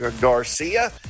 Garcia